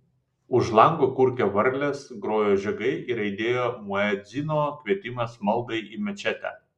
už lango kurkė varlės grojo žiogai ir aidėjo muedzino kvietimas maldai į mečetę